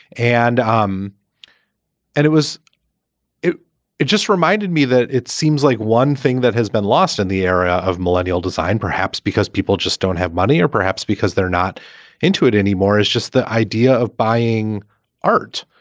and. um and it was it it just reminded me that it seems like one thing that has been lost in the era of millennial design, perhaps because people just don't have money or perhaps because they're not into it anymore, is just the idea of buying art,